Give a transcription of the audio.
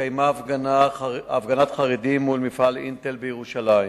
התקיימה הפגנת חרדים מול מפעל "אינטל" בירושלים.